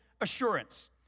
assurance